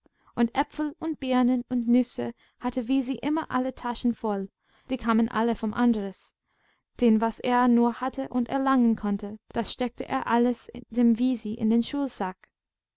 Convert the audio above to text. und äpfel und birnen und nüsse hatte wisi immer alle taschen voll die kamen alle vom andres denn was er nur hatte und erlangen konnte das steckte er alles dem wisi in den